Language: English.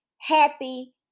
happy